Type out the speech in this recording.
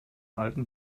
alten